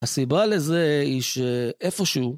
הסיבה לזה היא שאיפשהו...